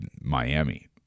Miami